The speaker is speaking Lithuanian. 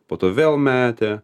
po to vėl metė